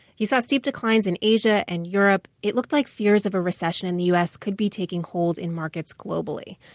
he saw steep declines in asia and europe. it looked like fears of recession in the u s. could be taking hold in markets globally